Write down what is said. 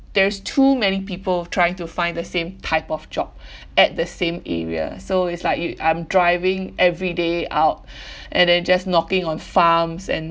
there is too many people trying to find the same type of job at the same area so it's like you I'm driving every day out and then just knocking on farms and